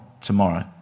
tomorrow